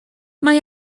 mae